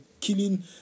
killing